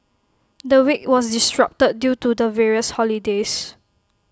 the week was disrupted due to the various holidays